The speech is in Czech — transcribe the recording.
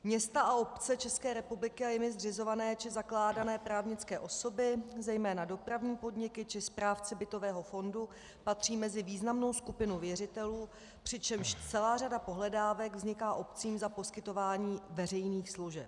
Města a obce České republiky a jimi zřizované či zakládané právnické osoby, zejména dopravní podniky, či správci bytového fondu patří mezi významnou skupinu věřitelů, přičemž celá řada pohledávek vzniká obcím za poskytování veřejných služeb.